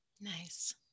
Nice